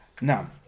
Now